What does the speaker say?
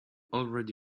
already